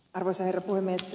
arvoisa herra puhemies